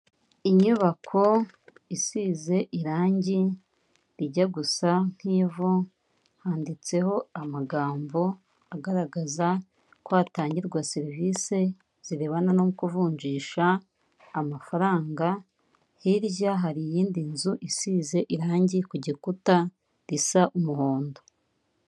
Inyubako isize irangi rijya gusa nk'ivu, handitseho amagambo agaragaza ko hatangirwa serivisi zirebana no kuvunjisha amafaranga, hirya hari iyindi nzu isize irangi ku gikuta risa umuhondo.